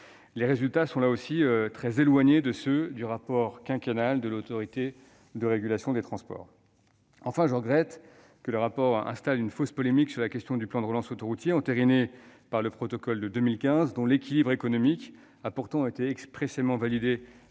Les résultats sont, là aussi, très éloignés de ceux du rapport quinquennal de l'Autorité de régulation des transports. Enfin, je regrette que le rapport installe une fausse polémique sur la question du plan de relance autoroutier entériné par le protocole de 2015, dont l'équilibre économique a pourtant été expressément validé